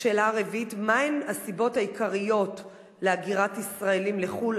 4. מהן הסיבות העיקריות להגירת ישראלים לחו"ל,